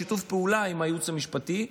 בשיתוף פעולה עם הייעוץ המשפטי,